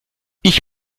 ich